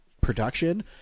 production